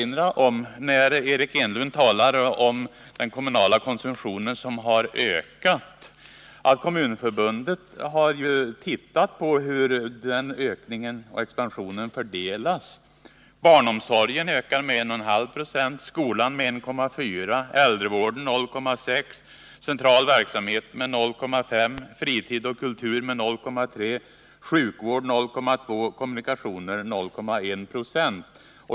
När Eric Enlund talar om den kommunala konsumtionen som har ökat vill jag påminna om att Kommunförbundet har tittat på hur expansionen fördelas. Barnomsorgen ökar med 1,5 76, skolan med 1,4 26, äldrevården med 0,6 22, den centrala verksamheten med 0,5 26, fritid och kultur med 0,3 20, sjukvården med 0,2 20 och kommunikationerna med 0,1 90.